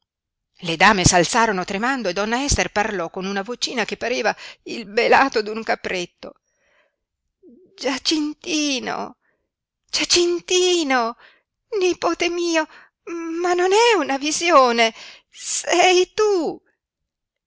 le dame s'alzarono tremando e donna ester parlò con una vocina che pareva il belato d'un capretto giacintino giacintino nipote mio ma non è una visione sei tu